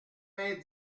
vingt